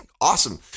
awesome